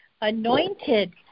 anointed